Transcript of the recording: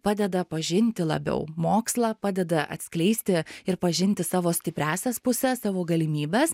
padeda pažinti labiau mokslą padeda atskleisti ir pažinti savo stipriąsias puses savo galimybes